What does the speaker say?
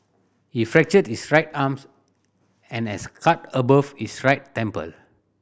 he fractured his right arms and has a cut above his right temple